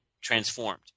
transformed